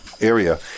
area